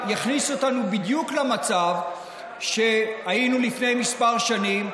יכניס אותנו בדיוק למצב שהיינו בו לפני כמה שנים,